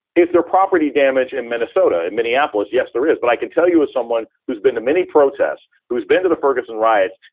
is there property damage in minnesota? in minneapolis? yes, there is. but i can tell you, as someone who's been to many protests, who's been to the ferguson riots,